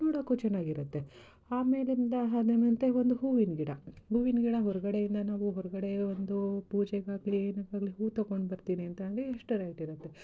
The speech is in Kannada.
ನೋಡೋಕ್ಕು ಚೆನ್ನಾಗಿರುತ್ತೆ ಆಮೇಲಿಂದ ಒಂದು ಹೂವಿನ ಗಿಡ ಹೂವಿನ ಗಿಡ ಹೊರಗಡೆಯಿಂದ ನಾವು ಹೊರಗಡೆಯೂ ಒಂದು ಪೂಜೆಗಾಗಲಿ ಏತಕ್ಕಾಗ್ಲಿ ಹೂ ತಗೊಂಡು ಬರ್ತೀನಿ ಅಂತಂದು ಅಷ್ಟೇ ರೇಟ್ ಇರುತ್ತೆ